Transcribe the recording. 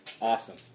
awesome